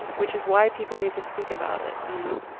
which is why people need to speak about it. you know?